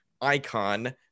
icon